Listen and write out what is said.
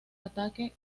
ataque